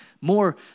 more